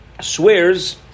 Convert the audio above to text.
swears